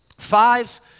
Five